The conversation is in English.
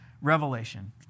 Revelation